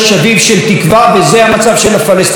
וזה המצב של הפלסטינים ברצועת עזה.